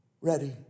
ready